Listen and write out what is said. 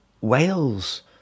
Wales